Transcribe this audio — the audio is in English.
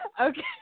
Okay